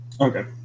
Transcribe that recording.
Okay